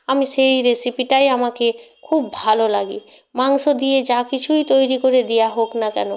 আমি সেই রেসিপিটাই আমাকে খুব ভালো লাগে মাংস দিয়ে যা কিছু তৈরি করে দেয়া হোক না কেন